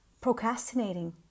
procrastinating